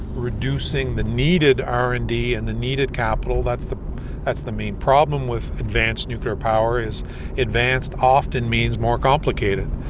reducing the needed r and d and the needed capital that's the that's the main problem with advanced nuclear power is advanced often means more complicated.